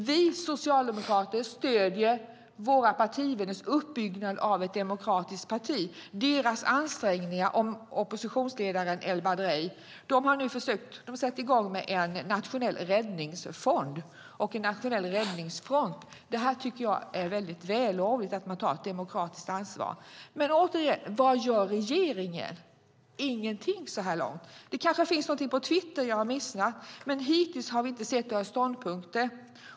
Vi socialdemokrater stöder våra partivänners uppbyggnad av ett demokratiskt parti. De försöker tillsammans med oppositionsledaren el-Baradei att starta en nationell räddningsfront. Det är vällovligt att man tar ett demokratiskt ansvar. Vad gör regeringen? Ingenting, så här långt. Det kanske finns något på twitter som jag har missat, men hittills har vi inte sett några ståndpunkter.